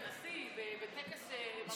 מציינים בכנסת, בבית הנשיא, בטקס ממלכתי.